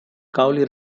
cowley